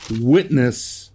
witness